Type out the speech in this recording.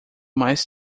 mais